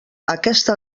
aquesta